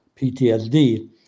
PTSD